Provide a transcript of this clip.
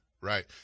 right